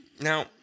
Now